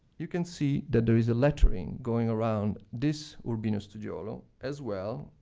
you can see that there is a lettering going around this urbino studiolo, as well,